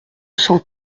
cent